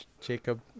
jacob